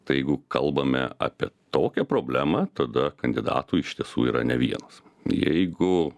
tai jeigu kalbame apie tokią problemą tada kandidatų iš tiesų yra ne vienas jeigu